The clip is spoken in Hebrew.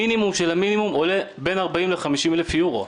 מינימום שבמינימום עולה בין 40,000 50,000 אירו.